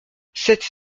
sept